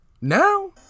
Now